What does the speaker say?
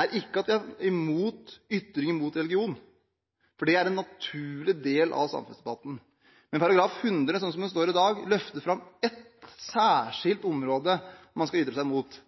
er ikke at vi er imot ytring imot religion, for det er en naturlig del av samfunnsdebatten. Men § 100 løfter, sånn som den står i dag, fram ett særskilt område man skal ytre seg imot,